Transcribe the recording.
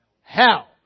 hell